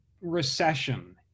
recession